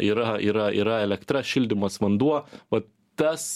yra yra yra elektra šildymas vanduo va tas